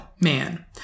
man